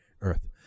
Earth